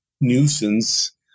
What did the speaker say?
nuisance